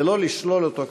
ולא לשלול אותו קטגורית.